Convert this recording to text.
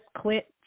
quit